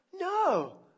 No